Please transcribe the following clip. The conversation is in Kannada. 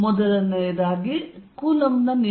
ಒಂದು ಕೂಲಂಬ್ ನ ನಿಯಮ